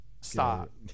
stop